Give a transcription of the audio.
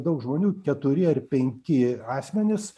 daug žmonių keturi ar penki asmenys